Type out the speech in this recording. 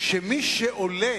שזה שעולה